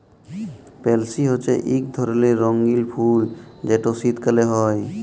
পেলসি হছে ইক ধরলের রঙ্গিল ফুল যেট শীতকাল হ্যয়